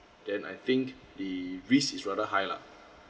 then I think the risk is rather high lah